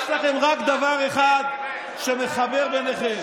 יש לכם רק דבר אחד שמחבר ביניכם: